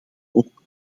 ook